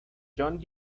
john